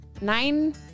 nine